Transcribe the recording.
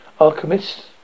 Alchemists